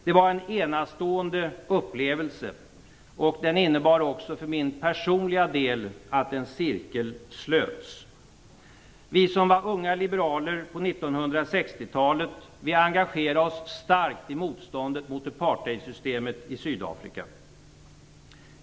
Det var en enastående upplevelse. Den innebar också för min personliga del att en cirkel slöts. Vi som var unga liberaler under 1960-talet engagerade oss starkt i motståndet mot apartheidsystemet i Sydafrika.